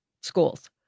schools